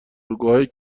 الگوهای